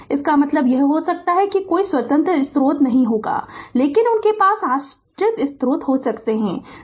तो इसका मतलब यह हो सकता है कि कोई स्वतंत्र स्रोत नहीं होगा लेकिन उनके पास आश्रित स्रोत हो सकते हैं